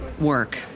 work